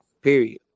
Period